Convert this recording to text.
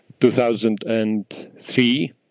2003